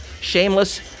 shameless